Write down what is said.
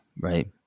right